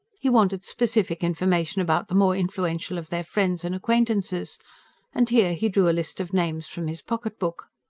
he wanted specific information about the more influential of their friends and acquaintances and here he drew a list of names from his pocket-book.